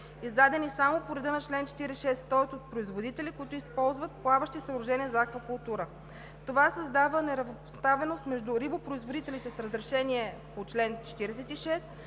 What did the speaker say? издадени само по реда на чл. 46, тоест от производители, които използват плаващи съоръжения за аквакултура. Това създава неравнопоставеност между рибопроизводителите с разрешение по чл. 46,